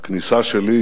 שהכניסה שלי,